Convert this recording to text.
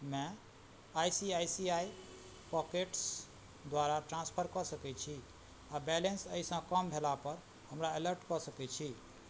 मे I C I C I Pockets द्वारा transfer कऽ सकै छी आओर बैलेन्स एहिसँ कम भेलापर हमरा अलर्ट कऽ सकै छी